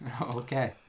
Okay